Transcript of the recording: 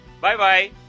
Bye-bye